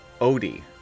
Odie